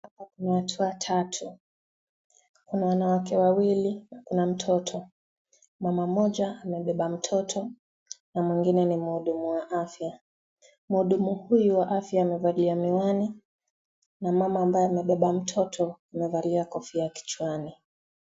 Kuna watu watatu. Kuna wanawake wawili na kuna mtoto . Mama mmoja amebeba mtoto na mwingine ni mhudumu wa afya. Mhudumu huyu wa afya amevalia miwani na mama mbaye amebeba mtoto amevalia kofia kichwani.